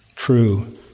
true